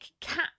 cat